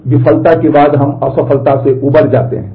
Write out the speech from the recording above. इसलिए विफलता के बाद हम असफलता से उबर जाते हैं